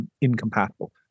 Incompatible